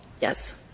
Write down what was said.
Yes